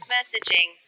Messaging